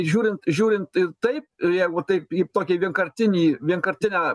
žiūrint žiūrint ir taip ir jeigu taip į tokį vienkartinį vienkartinę